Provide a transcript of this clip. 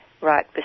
right